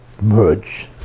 merge